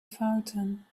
fountain